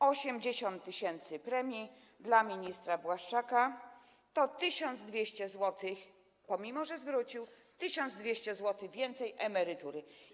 80 tys. premii dla ministra Błaszczaka to 1200 zł, pomimo że zwrócił, 1200 zł więcej emerytury.